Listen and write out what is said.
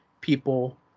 people